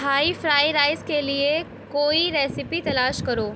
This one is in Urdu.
ھائی فرائی رائس کے لیے کوئی ریسیپی تلاش کرو